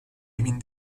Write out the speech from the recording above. emin